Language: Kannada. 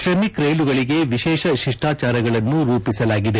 ಪ್ರಮಿಕ್ ರೈಲುಗಳಿಗೆ ವಿಶೇಷ ಶಿಷ್ಟಾಚಾರಗಳನ್ನು ರೂಪಿಸಲಾಗಿದೆ